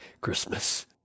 Christmas